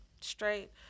Straight